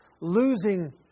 losing